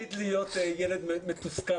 הוא עתיד להיות ילד מתוסכל